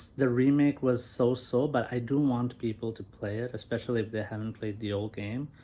the remake was so-so but i do want people to play it especially if they haven't played the old game,